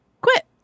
Quit